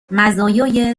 مزایای